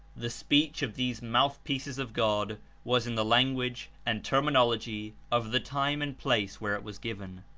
the speech of these mouthpieces of god was in the language and terminology of the time and place where it was given,